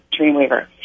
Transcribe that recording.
Dreamweaver